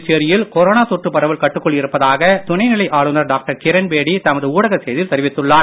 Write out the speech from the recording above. புதுச்சேரியில் கொரோனா தொற்று பரவல் கட்டுக்குள் இருப்பதாக துணை நிலை ஆளுனர் டாக்டர் கிரண்பேடி தமது ஊடக செய்தியில் தெரிவித்துள்ளார்